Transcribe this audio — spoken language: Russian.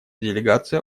делегация